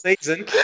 season